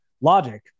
logic